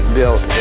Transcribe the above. built